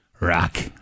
rock